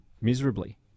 miserably